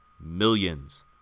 millions